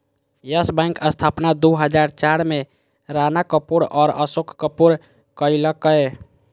yes Bank स्थापना दू हजार चार में राणा कपूर और अशोक कपूर कइलकय